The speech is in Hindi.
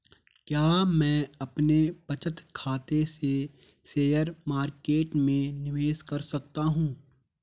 क्या मैं अपने बचत खाते से शेयर मार्केट में निवेश कर सकता हूँ?